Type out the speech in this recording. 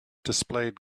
displayed